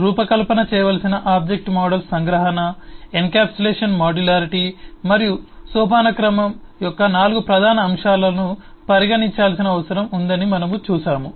రూపకల్పన చేయవలసిన object models సంగ్రహణ ఎన్కప్సులేషన్ మాడ్యులారిటీ మరియు సోపానక్రమంabstraction encapsulation modularity and hierarchy యొక్క 4 ప్రధాన అంశాలను పరిగణించాల్సిన అవసరం ఉందని మనము చూశాము